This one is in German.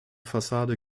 fassade